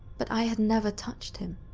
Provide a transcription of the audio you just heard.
but, i had never touched him.